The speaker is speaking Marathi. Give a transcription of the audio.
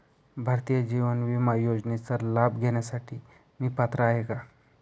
भारतीय जीवन विमा योजनेचा लाभ घेण्यासाठी मी पात्र आहे का?